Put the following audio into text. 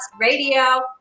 Radio